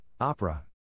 Opera